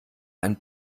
ein